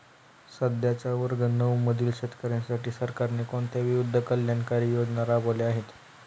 सध्याच्या वर्ग नऊ मधील शेतकऱ्यांसाठी सरकारने कोणत्या विविध कल्याणकारी योजना राबवल्या आहेत?